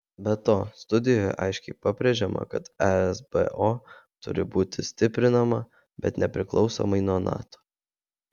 be to studijoje aiškiai pabrėžiama kad esbo turi būti stiprinama bet nepriklausomai nuo nato